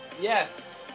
yes